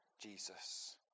Jesus